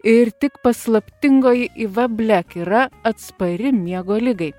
ir tik paslaptingoji iva blek yra atspari miego ligai